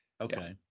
Okay